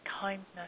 Kindness